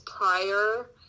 prior